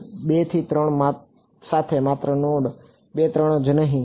2 થી 3 સાથે માત્ર નોડ 2 3 જ નહીં